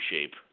shape